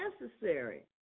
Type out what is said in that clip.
necessary